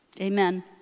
amen